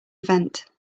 event